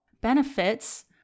Benefits